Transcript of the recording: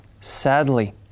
Sadly